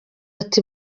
ati